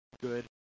good